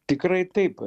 tikrai taip